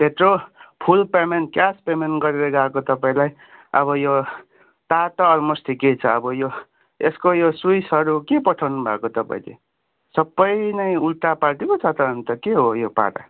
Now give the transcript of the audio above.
त्यत्रो full payment cash payment गरेर आएको त तपाईँलाई आबो यो तार त अल्मोस्ट ठिकै छ अब यो यसको यो स्विचहरू के पठाउनुभएको तपाईँले सबै नै उल्टापल्टी पो छ त अन्त के हो यो पारा